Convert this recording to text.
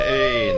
Hey